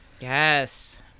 Yes